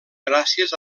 gràcies